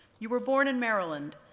you were born in maryland,